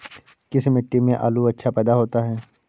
किस मिट्टी में आलू अच्छा पैदा होता है?